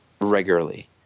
regularly